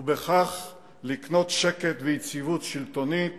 ובכך לקנות שקט ויציבות שלטונית